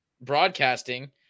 broadcasting